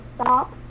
stop